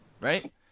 right